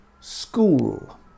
school